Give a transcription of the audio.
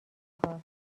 کار